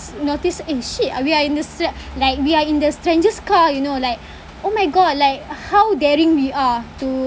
notice eh shit uh we are in this uh like we are in this stranger's car you know like oh my god like how daring we are to